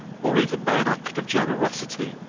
or even by an act of generosity,